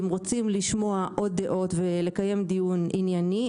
אם רוצים לשמוע עוד דעות וקיים דיון ענייני,